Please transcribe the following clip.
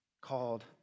called